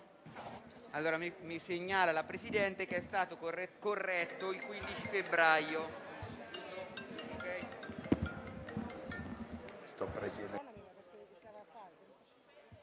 Allora, mi segnala la Presidente che è stato corretto il «15 febbraio».